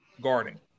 guarding